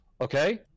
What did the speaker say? okay